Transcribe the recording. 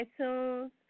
iTunes